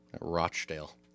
Rochdale